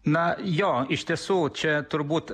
na jo iš tiesų čia turbūt